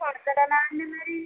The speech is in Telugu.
కుడుతున్నాను అండి మరి